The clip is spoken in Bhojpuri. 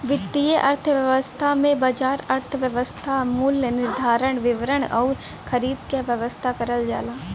वित्तीय अर्थशास्त्र में बाजार व्यवस्था मूल्य निर्धारण, वितरण आउर खरीद क व्यवस्था करल जाला